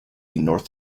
north